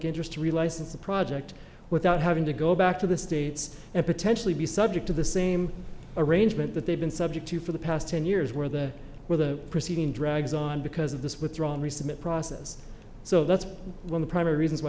interest to relicense a project without having to go back to the states and potentially be subject to the same arrangement that they've been subject to for the past ten years where the where the proceeding drags on because of this withdrawal resubmit process so that's when the primary reasons why